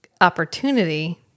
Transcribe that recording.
opportunity